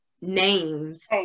names